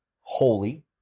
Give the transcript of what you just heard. holy